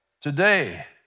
today